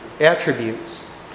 attributes